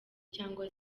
cyangwa